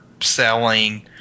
selling